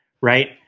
right